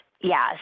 yes